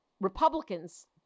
Republicans